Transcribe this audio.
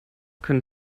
können